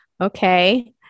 Okay